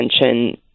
attention